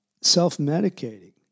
self-medicating